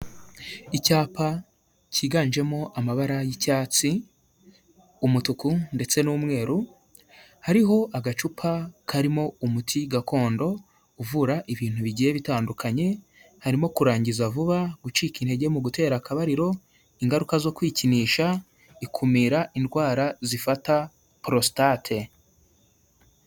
Icyapa kiganjemo amabara y'icyatsi, umutuku ndetse n'umweru, hariho agacupa karimo umuti gakondo uvura ibintu bigiye bitandukanye harimo kurangiza vuba, gucika intege mu gutera akabariro, ingaruka zo kwikinisha, ikumira indwara zifata prostate.